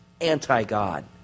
anti-God